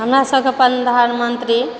हमरासभकेँ प्रधानमन्त्री